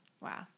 Wow